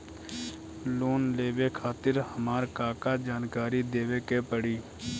Loan लेवे खातिर हमार का का जानकारी देवे के पड़ी?